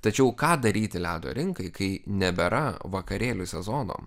tačiau ką daryti ledo rinkai kai nebėra vakarėlių sezono